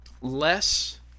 less